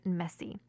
messy